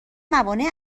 موانع